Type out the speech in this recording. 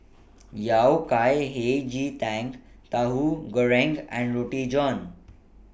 Yao Cai Hei Ji Tang Tahu Goreng and Roti John